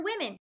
women